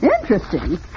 Interesting